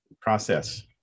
process